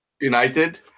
United